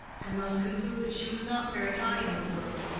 and must conclude that she was not very high in the world.